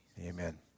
Amen